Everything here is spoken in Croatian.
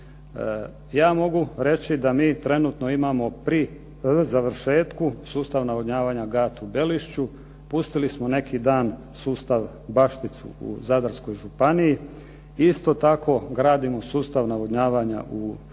Ja mogu reći da mi trenutno imamo pri završetku sustav navodnjavanja Gat u Belišću, pustili smo neki dan sustav Bašticu u Zadarskoj županiji, isto tako gradimo sustav navodnjavanja u Međimurju